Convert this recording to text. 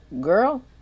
girl